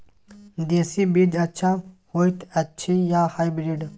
देसी बीज अच्छा होयत अछि या हाइब्रिड?